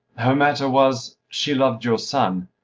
her matter was, she loved your son.